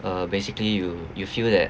uh basically you you feel that